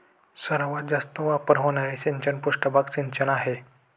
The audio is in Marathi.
सर्वात जास्त वापर होणारे सिंचन पृष्ठभाग सिंचन आहे